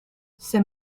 ses